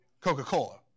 Coca-Cola